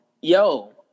yo